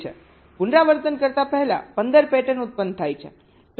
પુનરાવર્તન કરતા પહેલા 15 પેટર્ન પેદા થાય છે